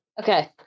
okay